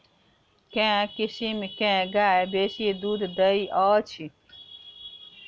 केँ किसिम केँ गाय बेसी दुध दइ अछि?